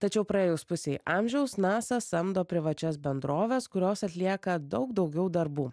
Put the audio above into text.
tačiau praėjus pusei amžiaus nasa samdo privačias bendroves kurios atlieka daug daugiau darbų